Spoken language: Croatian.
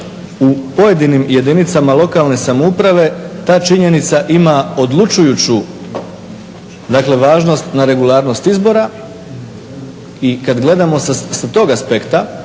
u pojedinim jedinicama lokalne samouprave ta činjenica ima odlučujuću važnost na regularnost izbora i kada gledamo sa tog aspekta